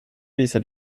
visa